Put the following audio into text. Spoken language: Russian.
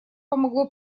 помогло